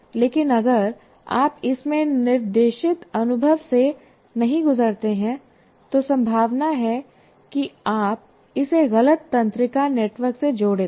लेकिन अगर आप इसमें निर्देशित अनुभव से नहीं गुजरते हैं तो संभावना है कि आप इसे गलत तंत्रिका नेटवर्क से जोड़ दें